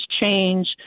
change